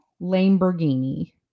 Lamborghini